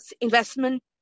investment